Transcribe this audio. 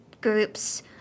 groups